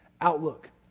outlook